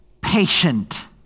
patient